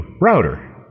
router